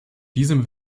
diesem